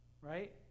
Right